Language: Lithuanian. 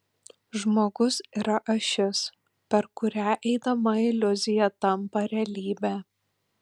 žmogus yra ašis per kurią eidama iliuzija tampa realybe